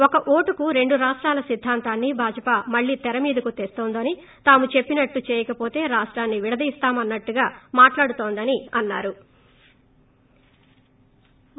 ఒక ఓటుకు రెండు రాష్టాల సిద్దాంతాన్ని భాజాపా మళ్లీ తెర మీదకు తెస్తోందని తాము చెప్పినట్లు చేయకపోతే రాష్టాన్ని విడదీస్తామన్న ట్టుగా మాట్లాడుతోందని అన్నారు